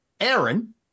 Aaron